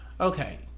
Okay